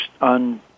on